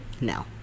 No